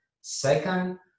Second